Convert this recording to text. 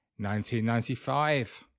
1995